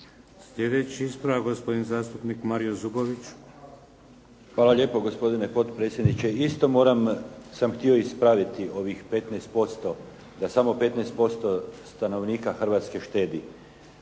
Sljedeći ispravak, gospodin zastupnik Mario Zubović. **Zubović, Mario (HDZ)** Hvala lijepo gospodine potpredsjedniče. Isto sam htio ispraviti ovih 15%, da samo 15% stanovnika Hrvatske štedi.